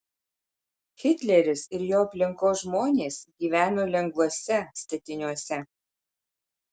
hitleris ir jo aplinkos žmonės gyveno lengvuose statiniuose